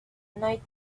night